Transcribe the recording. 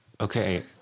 Okay